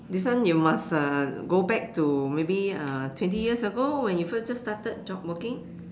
this one you must uh go back to maybe uh twenty years ago when you first just started job working